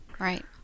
right